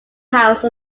house